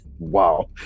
Wow